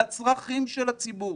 לצרכים של הציבור.